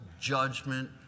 judgment